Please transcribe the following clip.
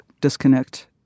disconnect